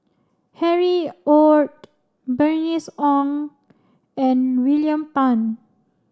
Harry Ord Bernice Wong and William Tan